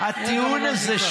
הטיעון הזה,